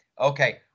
Okay